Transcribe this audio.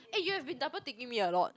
eh you've been double ticking me a lot